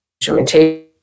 instrumentation